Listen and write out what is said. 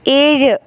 ഏഴ്